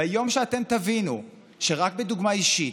ביום שאתם תבינו שרק בדוגמה אישית,